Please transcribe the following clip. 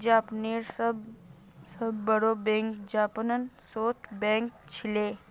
जापानेर सबस बोरो बैंक जापान पोस्ट बैंक छिके